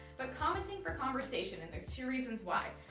but commenting for conversation and there's two reasons why.